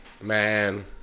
Man